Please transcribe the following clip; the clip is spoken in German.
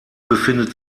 befindet